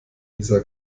isar